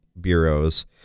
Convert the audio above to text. bureaus